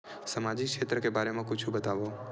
सामजिक क्षेत्र के बारे मा कुछु बतावव?